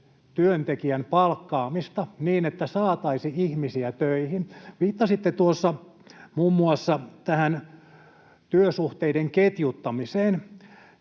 työntekijän palkkaamista, niin että saataisiin ihmisiä töihin. Viittasitte tuossa muun muassa tähän työsuhteiden ketjuttamiseen.